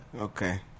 Okay